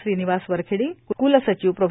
श्रीनिवास वरखेडी क्लसचिव प्रो